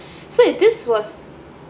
so this was